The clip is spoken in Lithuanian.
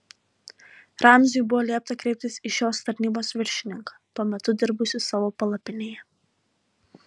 ramziui buvo liepta kreiptis į šios tarnybos viršininką tuo metu dirbusį savo palapinėje